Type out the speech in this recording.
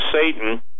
Satan